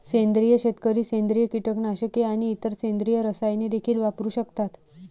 सेंद्रिय शेतकरी सेंद्रिय कीटकनाशके आणि इतर सेंद्रिय रसायने देखील वापरू शकतात